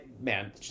man